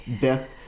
death